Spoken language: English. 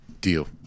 Deal